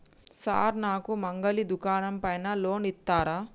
Sir నాకు మంగలి దుకాణం పైన లోన్ ఇత్తరా?